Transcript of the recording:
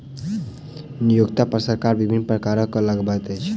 नियोक्ता पर सरकार विभिन्न प्रकारक कर लगबैत अछि